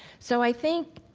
so, i think